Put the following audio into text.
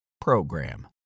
program